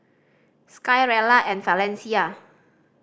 Sky Rella and Valencia